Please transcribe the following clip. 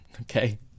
Okay